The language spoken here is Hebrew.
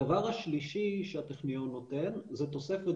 הדבר השלישי שהטכניון נותן זה תוספת